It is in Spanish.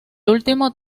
último